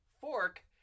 Fork